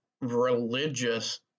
religious